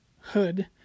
hood